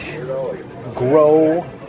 grow